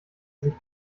sich